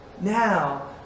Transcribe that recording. Now